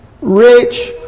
rich